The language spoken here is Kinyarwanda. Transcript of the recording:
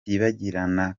byibagirana